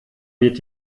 wird